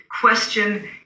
question